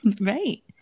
Right